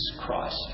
Christ